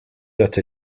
that